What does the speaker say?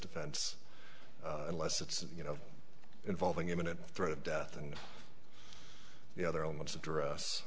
defense unless it's you know involving imminent threat of death and the other almost address